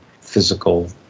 physical